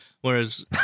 whereas